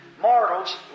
Mortals